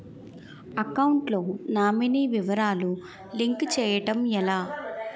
Account లో nominee వివరాలు link చేయటం ఎలా?